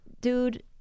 dude